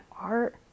art